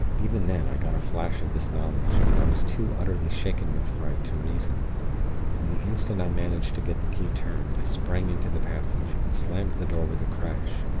even then, i got a flash of this knowledge but i was too utterly shaken with fright, to reason and the instant i managed to get the key turned, i sprang into the passage, and slammed the door with a crash.